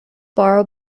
borrow